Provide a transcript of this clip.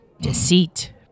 Deceit